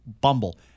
Bumble